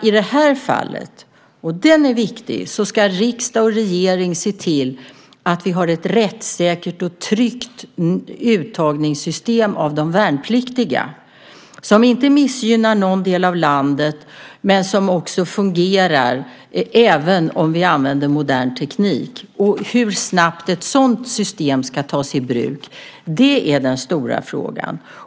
I det här fallet, och det är viktigt, ska riksdag och regering se till att vi har ett rättssäkert och tryggt uttagningssystem av de värnpliktiga som inte missgynnar någon del av landet men som fungerar även om vi använder modern teknik. Och hur snabbt ett sådant system ska tas i bruk är den stora frågan.